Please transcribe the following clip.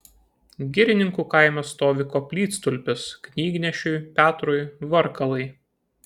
girininkų kaime stovi koplytstulpis knygnešiui petrui varkalai